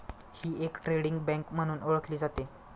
ही एक trading bank म्हणून ओळखली जाते